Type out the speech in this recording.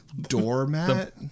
doormat